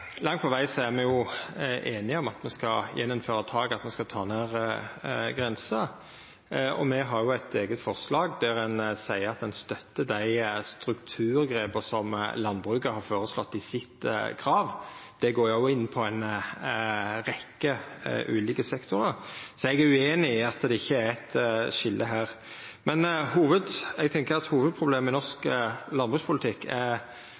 Langt på veg er me einige om at me skal innføra tak igjen, at me skal ta ned grenser. Me har eit eige forslag der ein seier at ein støttar dei strukturgrepa som landbruket har føreslått i sitt krav. Det går òg inn på ei rekkje ulike sektorar. Eg er ueinig i at det ikkje er eit skilje her. Eg tenkjer at hovudproblemet i norsk landbrukspolitikk er